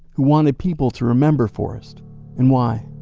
who wanted people to remember forrest and why.